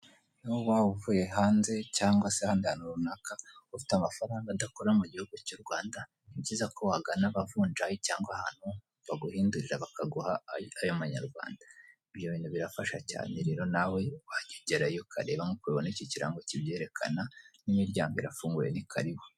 Nuba uvuye hanze cyangwa se ahandi hantu runaka ufite amafaranga adakora mu gihugu cy'u Rwanda, ni byiza ko wagana abavunjayi cyangwa ahantu baguhindurira bakaguha ayo manyarwanda. Ibyo bintu birafasha cyane, rero nawe wakigererayo ukareka nk'uko ubibona icyo kirango kibyerekana, n'imiryangio irafunguye ni karibu!